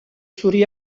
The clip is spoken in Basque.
zuri